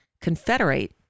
confederate